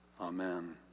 Amen